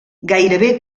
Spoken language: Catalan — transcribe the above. gairebé